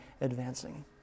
advancing